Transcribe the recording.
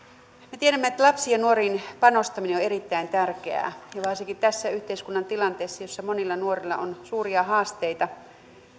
me tiedämme että lapsiin ja nuoriin panostaminen on erittäin tärkeää varsinkin tässä yhteiskunnan tilanteessa jossa monilla nuorilla on suuria haasteita ja